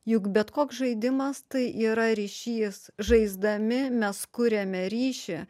juk bet koks žaidimas tai yra ryšys žaisdami mes kuriame ryšį